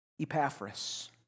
Epaphras